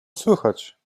słychać